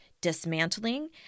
dismantling